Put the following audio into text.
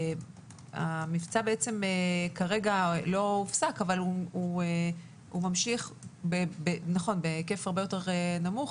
המבצע כרגע לא הופסק אלא הוא ממשיך בהיקף הרבה יותר קטן.